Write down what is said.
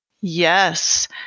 Yes